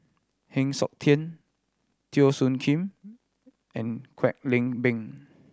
Heng Siok Tian Teo Soon Kim and Kwek Leng Beng